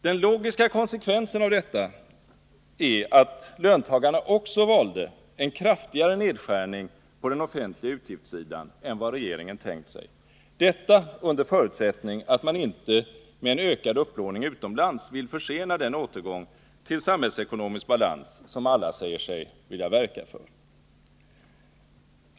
Den logiska konsekvensen av detta är att löntagarna också valde en kraftigare nedskärning på den offentliga utgiftssidan än vad regeringen hade tänkt sig — detta under förutsättning att man inte med en ökad upplåning utomlands vill försena den återgång till samhällsekonomisk balans som alla säger sig verka för.